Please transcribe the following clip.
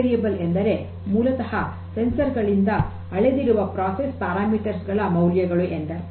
ಪ್ರಕ್ರಿಯೆ ವೇರಿಯಬಲ್ ಎಂದರೆ ಮೂಲತಃ ಸಂವೇದಕಗಳಿಂದ ಆಳೆದಿರುವ ಪ್ರಕ್ರಿಯೆ ನಿಯತಾಂಕಗಳ ಮೌಲ್ಯಗಳು ಎಂದರ್ಥ